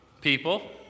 people